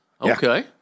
Okay